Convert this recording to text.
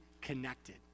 connected